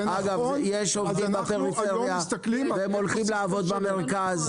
אגב, יש עובדים בפריפריה והם הולכים לעבוד במרכז.